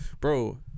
bro